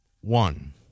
one